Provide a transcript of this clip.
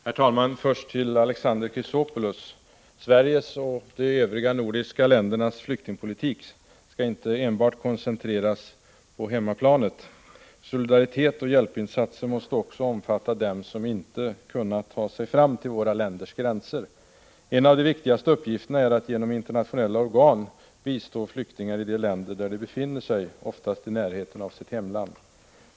Herr talman! Först till Alexander Chrisopoulos. Sverige och de övriga nordiska ländernas flyktingpolitik skall inte enbart koncentreras till hemmaplan. Solidaritet och hjälpinsatser måste också omfatta den som inte kunnat ta sig fram till våra länders gränser. En av de viktigaste uppgifterna är att genom internationella organ bistå flyktingar i de länder där de befinner sig, oftast i närheten av sitt hemland.